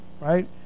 right